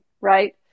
right